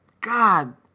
God